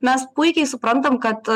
mes puikiai suprantam kad